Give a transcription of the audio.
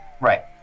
Right